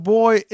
boy